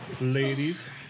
Ladies